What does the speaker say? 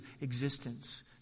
existence